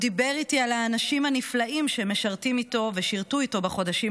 הוא דיבר איתי על האנשים הנפלאים שמשרתים איתו ושירתו איתו בחודשים